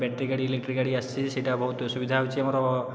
battery ଗାଡ଼ି electric ଗାଡ଼ି ଆସିଛି ସେହିଟା ବହୁତ ସୁବିଧା ହେଉଛି ଆମର